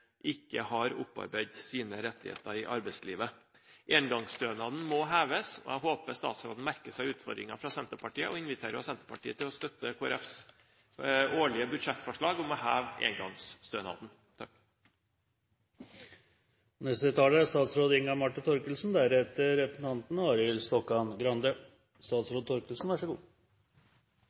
har opparbeidet sine rettigheter i arbeidslivet: engangsstønaden må heves. Jeg håper statsråden merker seg utfordringen fra Senterpartiet, og vi inviterer også Senterpartiet til å støtte Kristelig Folkepartis årlige budsjettforslag om å heve engangsstønaden.